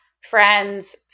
friends